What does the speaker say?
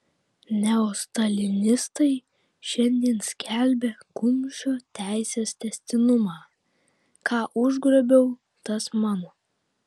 neostalinistai šiandien skelbia kumščio teisės tęstinumą ką užgrobiau tas mano